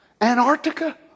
Antarctica